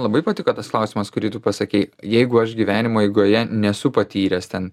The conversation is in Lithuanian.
labai patiko tas klausimas kurį tu pasakei jeigu aš gyvenimo eigoje nesu patyręs ten